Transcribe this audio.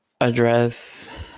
address